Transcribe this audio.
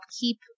keep